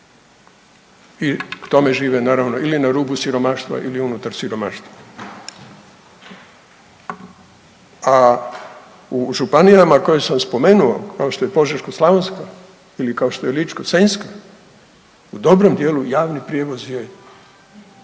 I tome žive, naravno ili na rubu siromaštva ili unutar siromaštva. A u županijama koje sam spomenuo, kao što je Požeško-slavonska ili kao što je Ličko-senjska, u dobrom dijelu javni prijevoz je